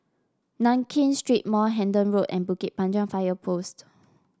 Nankin Street Mall Hendon Road and Bukit Panjang Fire Post